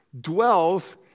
dwells